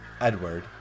edward